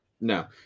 No